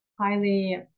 highly